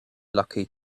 lucky